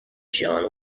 john